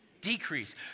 decrease